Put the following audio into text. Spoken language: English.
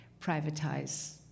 privatize